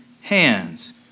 hands